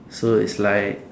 so it's like